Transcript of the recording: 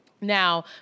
Now